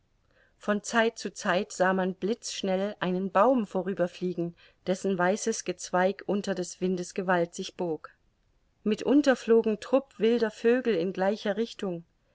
von zeit zu zeit sah man blitzschnell einen baum vorüberfliegen dessen weißes geweig unter des windes gewalt sich bog mitunter flogen trupp wilder vögel in gleicher richtung